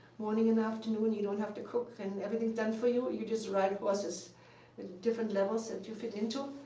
morning and afternoon. you don't have to cook, and everything's done for you. you just ride horses at different levels that you fit into.